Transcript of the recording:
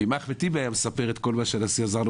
ואם אחמד טיבי היה מספר את כל מה שהנשיא הנבחר עזר לו